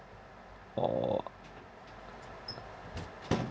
or